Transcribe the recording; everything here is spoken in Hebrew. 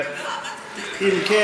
אם כן,